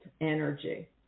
energy